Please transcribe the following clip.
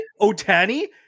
O'Tani